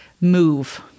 move